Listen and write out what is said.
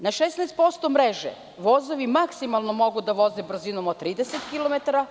Na 16% mreže vozovi maksimalno mogu da voze brzinom od 30 kilometara.